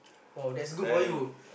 oh that's good for you